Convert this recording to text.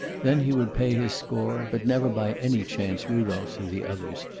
then he would pay his score, but never by any chance rudolph's or the others,